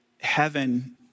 Heaven